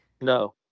No